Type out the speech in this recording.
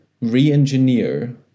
re-engineer